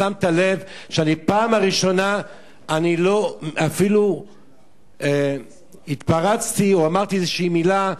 שמת לב שפעם ראשונה אפילו לא התפרצתי או אמרתי איזו מלה,